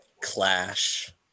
clash